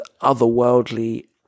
otherworldly